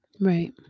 right